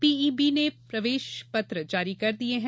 PEB ने प्रवेश पत्र जारी कर दिये हैं